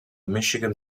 michigan